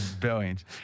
Billions